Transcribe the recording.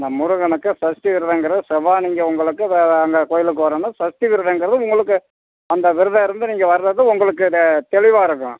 அ முருகனுக்கு சஷ்டி விரதங்கிற செவ்வாய் நீங்கள் உங்களுக்கு அந்த கோயிலுக்கு வரன்னா சஷ்டி விரதங்கிறது உங்களுக்கு அந்த விரதம் இருந்து நீங்கள் வர்றது உங்களுக்கு தெளிவாக இருக்கும்